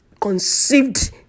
conceived